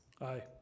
Aye